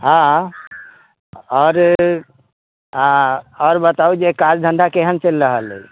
हँ आओर आओर बताउ जे काज धन्धा केहन चलि रहल अछि